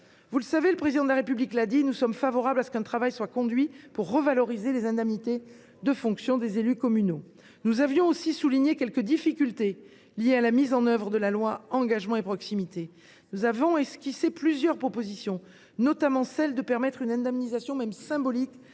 attention. Le Président de la République l’a indiqué, nous sommes favorables à ce qu’un travail soit conduit pour revaloriser les indemnités de fonction des élus communaux. Enfin ! Le Gouvernement a souligné quelques difficultés relatives à l’application de la loi Engagement et proximité. Nous avons esquissé plusieurs propositions, notamment permettre une indemnisation, même symbolique,